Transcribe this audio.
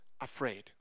afraid